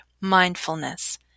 mindfulness